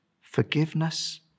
forgiveness